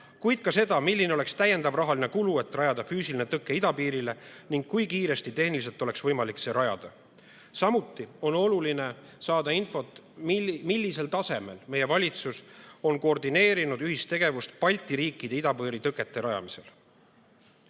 Küsime ka seda, milline oleks täiendav rahaline kulu, et rajada füüsiline tõke idapiirile ning kui kiiresti tehniliselt oleks võimalik see rajada. Samuti on oluline saada infot, millisel tasemel meie valitsus on koordineerinud ühistegevust Balti riikide idapiiri tõkete rajamisel.